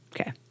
Okay